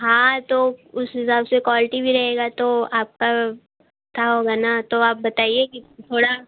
हाँ तो उस हिसाब से क्वालटी भी रहेगा तो आपका अच्छा होगा ना तो आप बताइए कि थोड़ा